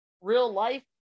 real-life